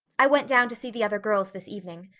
i went down to see the other girls this evening.